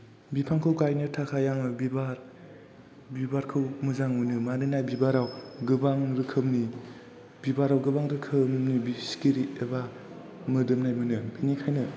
बिफांखौ गायनो थाखाय आङो बिबारखौ मोजां मोनो मानोना बिबाराव गोबां रोखोमनि सिखिरि एबा मोदोमनाय मोनो बेनिखायनो